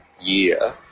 year